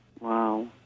Wow